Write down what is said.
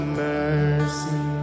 mercy